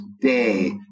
day